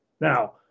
Now